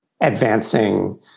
advancing